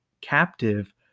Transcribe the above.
captive